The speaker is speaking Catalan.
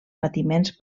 patiments